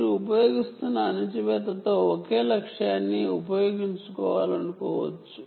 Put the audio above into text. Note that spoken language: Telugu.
మీరు అణచివేత తో ఒకే టార్గెట్ ని ఉపయోగించాలనుకోవచ్చు